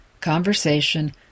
conversation